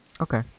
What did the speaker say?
Okay